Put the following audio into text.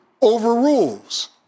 overrules